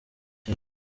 cyane